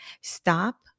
Stop